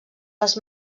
les